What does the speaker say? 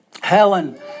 Helen